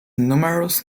numerous